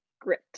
Grit